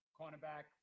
cornerback